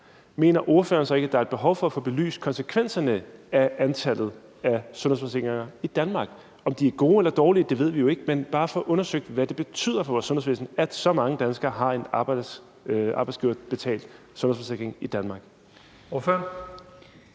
mener ordføreren så ikke, at der er et behov for at få belyst konsekvenserne af antallet af sundhedsforsikringer i Danmark? Om de er gode eller dårlige, ved vi jo ikke, men det er bare for at få undersøgt, hvad det betyder for vores sundhedsvæsen, at så mange danskere har en arbejdsgiverbetalt sundhedsforsikring i Danmark. Kl.